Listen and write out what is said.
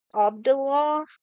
Abdullah